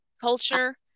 culture